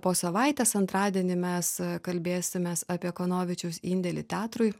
po savaitės antradienį mes kalbėsimės apie kanovičiaus indėlį teatrui